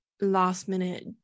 last-minute